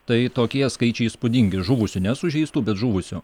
tai tokie skaičiai įspūdingi žuvusių ne sužeistų bet žuvusių